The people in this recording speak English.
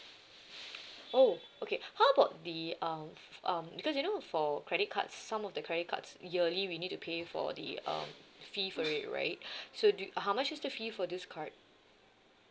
oh okay how about the um um because you know for credit cards some of the credit cards yearly we need to pay for the um fee for it right so do you how much is the fee for this card